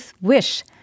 wish